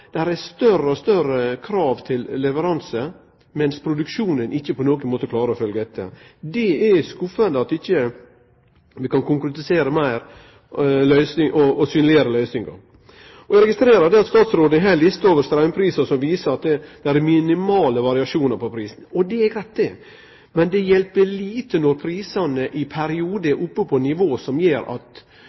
det er større og større krav til leveranse, mens produksjonen ikkje på nokon måte klarer å følgje etter. Det er skuffande at vi ikkje kan konkretisere meir og synleggjere løysingar. Eg registrerer at statsråden har ei liste over straumprisar som viser at det er minimale variasjonar på pris. Det er greitt, men det hjelper lite når prisane i periodar er oppe på eit nivå som gjer at ein stengjer ned, slik som det er vist til frå andre talarar. Når representanten Marthinsen seier at